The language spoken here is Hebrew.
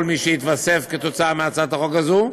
מי שיתווסף כתוצאה מהצעת החוק הזאת,